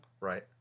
Right